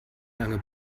lange